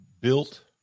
built